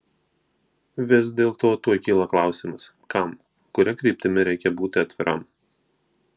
vis dėlto tuoj kyla klausimas kam kuria kryptimi reikia būti atviram